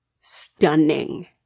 stunning